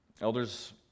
elders